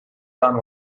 done